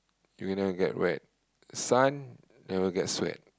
you'll never get wet sun never get sweat